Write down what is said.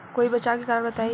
कोई बचाव के कारण बताई?